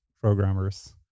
programmers